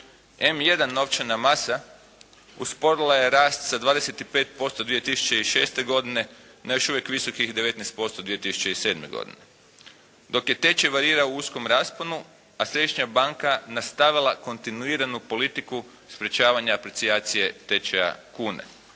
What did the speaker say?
M1 novčana masa usporila je rast sa 25% 2006. godine na još uvijek visokih 19% 2007. godine. Dok je tečaj varirao u uskom rasponu, a središnja banka nastavila kontinuiranu politiku sprječavanja aprecijacije tečaja kune